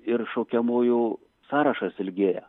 ir šaukiamųjų sąrašas ilgėja